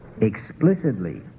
explicitly